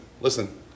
listen